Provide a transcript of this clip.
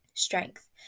Strength